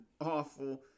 awful